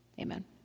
Amen